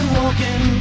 walking